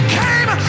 came